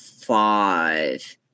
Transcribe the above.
five